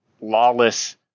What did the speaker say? lawless